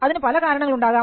അതിന് പല കാരണങ്ങളുണ്ടാകാം